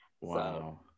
Wow